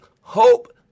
hope